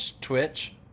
Twitch